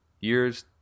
years